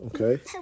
Okay